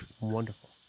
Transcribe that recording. wonderful